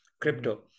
crypto